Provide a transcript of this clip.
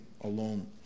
alone